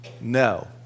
No